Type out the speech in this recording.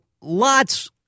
lots